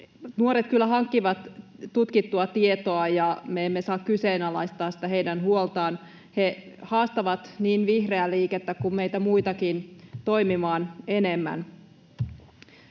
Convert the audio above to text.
Nuoret kyllä hankkivat tutkittua tietoa, emmekä me saa kyseenalaistaa heidän huoltaan. He haastavat niin vihreää liikettä kuin meitä muitakin toimimaan enemmän.